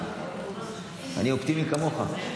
אני אופטימי כמוך.